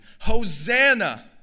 Hosanna